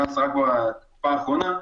החוץ בנקאיים,